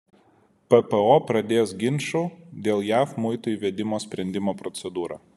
ppo pradės ginčų dėl jav muitų įvedimo sprendimo procedūrą